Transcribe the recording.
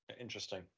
Interesting